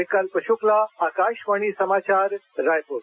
विकल्प शुक्ला आकाशवाणी समाचार रायपुर